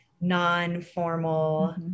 non-formal